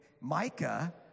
Micah